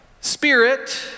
Spirit